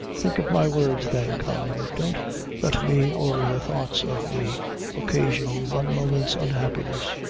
think of my words then, con, and don't let me or the thoughts of me occasion you one moment's unhappiness.